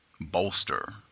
bolster